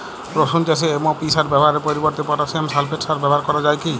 রসুন চাষে এম.ও.পি সার ব্যবহারের পরিবর্তে পটাসিয়াম সালফেট সার ব্যাবহার করা যায় কি?